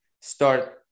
start